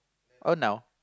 on now